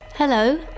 Hello